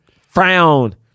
frown